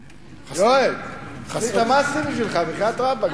יואל, אני התאמצתי בשבילך, בחייאת רבאק.